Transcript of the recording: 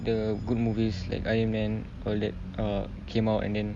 the good movies like iron man all that uh came out and then